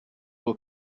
will